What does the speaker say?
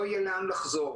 לא יהיה לאן לחזור.